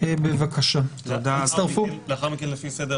אני מבקש לציין דבר